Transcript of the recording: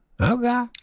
okay